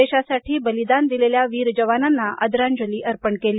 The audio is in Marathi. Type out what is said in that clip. देशासाठी बलिदान दिलेल्या वीर जवानांना आदरांजली अर्पण केली